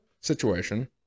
situation